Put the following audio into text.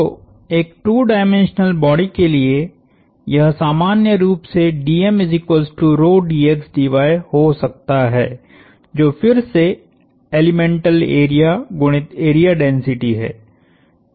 तो एक 2 dimensional body के लिए यह सामान्य रूप सेहो सकता है जो फिर से एलेमेंटल एरिया गुणित एरिया डेंसिटी है